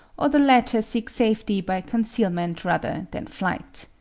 or the latter seek safety by concealment rather than flight.